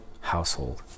household